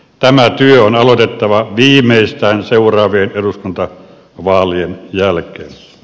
tämä työ on aloitettava viimeistään seuraavien eduskuntavaalien jälkeen